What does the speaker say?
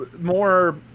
more